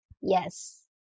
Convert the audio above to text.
Yes